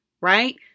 Right